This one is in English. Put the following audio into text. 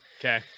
okay